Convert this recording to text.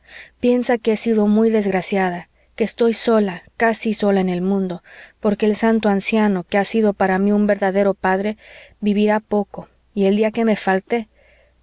piensa que he sido muy desgraciada que estoy sola casi sola en el mundo porque el santo anciano que ha sido para mí un verdadero padre vivirá poco y el día que me falte